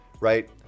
Right